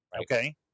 Okay